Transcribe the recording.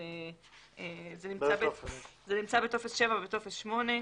זה נמצא בטופס 7 ובטופס 8,